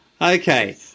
Okay